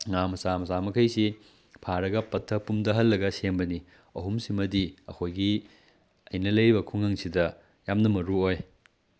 ꯉꯥ ꯃꯆꯥ ꯃꯆꯥ ꯃꯈꯩꯁꯤ ꯐꯥꯔꯒ ꯄꯠꯊ ꯄꯨꯝꯗꯍꯜꯂꯒ ꯁꯦꯝꯕꯅꯤ ꯑꯍꯨꯝꯁꯤꯃꯗꯤ ꯑꯩꯈꯣꯏꯒꯤ ꯑꯩꯅ ꯂꯩꯔꯤꯕ ꯈꯨꯡꯒꯪꯁꯤꯗ ꯌꯥꯝꯅ ꯃꯔꯨ ꯑꯣꯏ